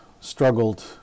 struggled